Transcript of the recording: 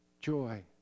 joy